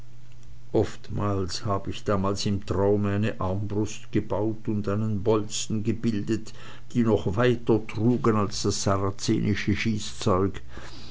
oft hab ich damals im traume eine armbrust gebaut und einen bolzen gebildet die noch weiter trugen als das sarazenische schießzeug